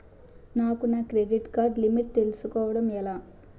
నాకు నా credit card limit తెలుసుకోవడం ఎలా?